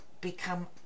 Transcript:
become